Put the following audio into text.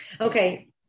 okay